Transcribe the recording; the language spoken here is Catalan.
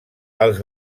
els